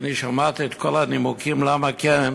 כשאני שמעתי את כל הנימוקים למה כן,